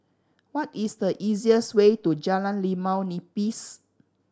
what is the easiest way to Jalan Limau Nipis